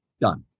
done